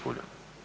Puljak.